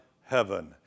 heaven